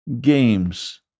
games